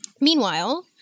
Meanwhile